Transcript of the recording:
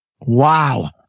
Wow